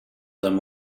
them